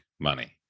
Money